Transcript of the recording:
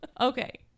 Okay